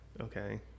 Okay